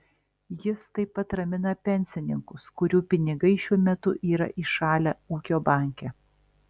jis taip pat ramina pensininkus kurių pinigai šiuo metu yra įšalę ūkio banke